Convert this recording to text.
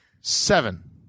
Seven